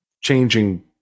changing